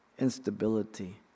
instability